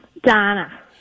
Donna